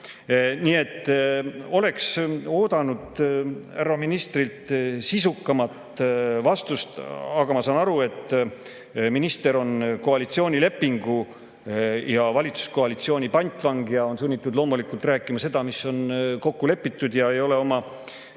Nii et oleks oodanud härra ministrilt sisukamat vastust. Aga ma saan aru, et minister on koalitsioonilepingu ja valitsuskoalitsiooni pantvang ja on sunnitud loomulikult rääkima seda, mis on kokku lepitud. Ta ei ole oma